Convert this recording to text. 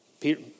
Peter